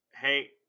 Hey